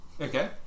okay